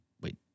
Wait